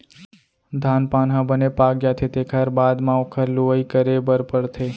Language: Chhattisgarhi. धान पान ह बने पाक जाथे तेखर बाद म ओखर लुवई करे बर परथे